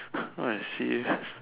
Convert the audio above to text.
serious